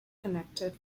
connected